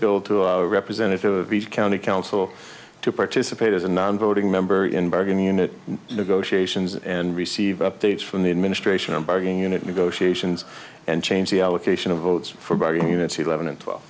to a representative of each county council to participate as a non voting member in bargaining unit negotiations and receive updates from the administration on bargaining unit negotiations and change the allocation of votes for bargain units eleven and twelve